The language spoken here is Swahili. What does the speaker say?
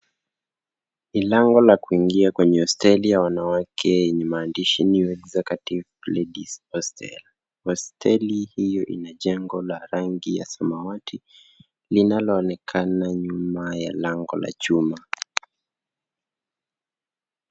Ni lango la kuingia kwenye hosteli ya wanawake yenye maandishi New Executive Ladies Hostel . Hosteli hiyo ina jengo la rangi ya samawati linaloonekana nyuma ya lango la chuma.